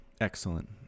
Excellent